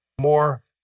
more